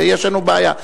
ויש לנו בעיה.